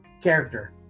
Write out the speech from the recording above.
character